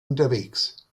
unterwegs